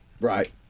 right